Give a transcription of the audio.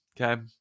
okay